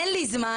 אין לי זמן,